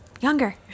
younger